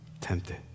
tempted